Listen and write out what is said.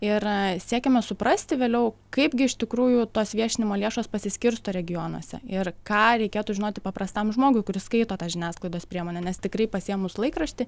ir siekėme suprasti vėliau kaipgi iš tikrųjų tos viešinimo lėšos pasiskirsto regionuose ir ką reikėtų žinoti paprastam žmogui kuris skaito tą žiniasklaidos priemonę nes tikrai pasiėmus laikraštį